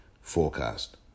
forecast